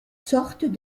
sortes